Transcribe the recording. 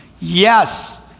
Yes